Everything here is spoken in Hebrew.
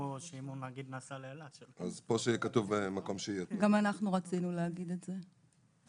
גם אנחנו רצינו להגיד את זה.